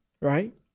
Right